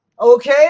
Okay